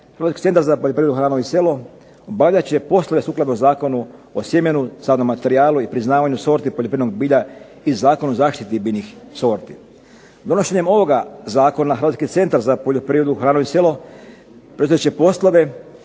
razumije./... poljoprivredu hranu i selo obavljat će poslove sukladno Zakonu o sjemenu, sadnom materijalu i priznavanju sorti poljoprivrednog bilja i Zakon o zaštiti biljnih sorti. Donošenjem ovoga zakona Hrvatski centar za poljoprivredu, hranu i selo preuzet će poslove,